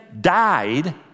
died